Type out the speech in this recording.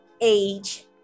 age